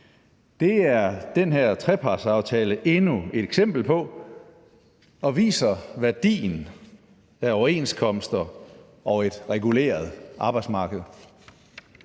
Det er den her trepartsaftale endnu et eksempel på, og det viser værdien af overenskomster og et reguleret arbejdsmarked.